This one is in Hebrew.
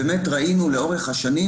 באמת ראינו לאורך השנים,